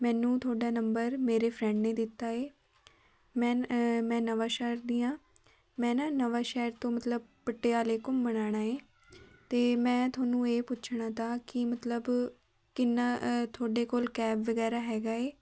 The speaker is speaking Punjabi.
ਮੈਨੂੰ ਤੁਹਾਡਾ ਨੰਬਰ ਮੇਰੇ ਫਰੈਂਡ ਨੇ ਦਿੱਤਾ ਏ ਮੈਂ ਮੈਂ ਨਵਾਂਸ਼ਹਿਰ ਦੀ ਹਾਂ ਮੈਂ ਨਾ ਨਵਾਂਸ਼ਹਿਰ ਤੋਂ ਮਤਲਬ ਪਟਿਆਲੇ ਘੁੰਮਣ ਆਉਣਾ ਏ ਅਤੇ ਮੈਂ ਤੁਹਾਨੂੰ ਇਹ ਪੁੱਛਣਾ ਤਾਂ ਕਿ ਮਤਲਬ ਕਿੰਨਾ ਤੁਹਾਡੇ ਕੋਲ ਕੈਬ ਵਗੈਰਾ ਹੈਗਾ ਏ